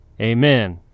Amen